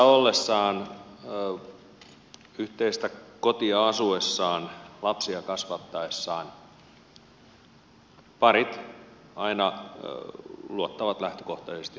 naimisissa ollessaan yhteistä kotia asuessaan lapsia kasvattaessaan parit aina luottavat lähtökohtaisesti toisiinsa